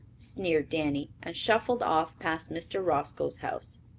sneered danny, and shuffled off past mr. roscoe's house.